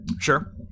Sure